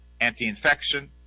anti-infection